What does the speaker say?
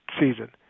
season